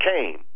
came